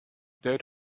that